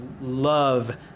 love